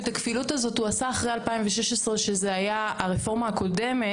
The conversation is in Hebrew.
את הכפילות הזאת הוא עשה אחרי 2016 שזה היה הרפורמה הקודמת,